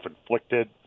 inflicted